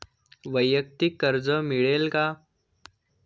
वैयक्तिक कर्ज मिळेल का?